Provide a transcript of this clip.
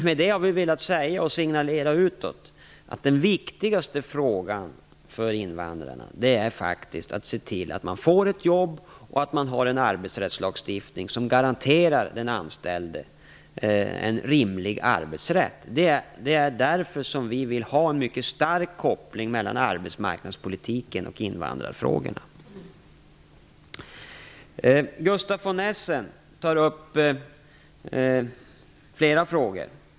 Med detta har vi velat att utåt signalera att den viktigaste frågan för invandrarna är att se till att de får ett jobb och att vi har en arbetsrättslagstiftning som garanterar den anställde en rimlig arbetsrätt. Det är därför som vi vill ha en mycket stark koppling mellan arbetsmarknadspolitiken och invandrarfrågorna. Gustaf von Essen tog upp flera frågor.